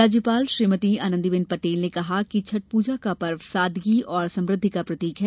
राज्यपाल श्रीमती पटेल ने कहा कि छठ पूजा का पर्व सादगी और समृद्धि का प्रतीक है